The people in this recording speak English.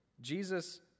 Jesus